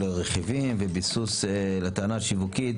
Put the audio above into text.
רכיבים וביסוס לטענה שיווקית